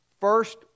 first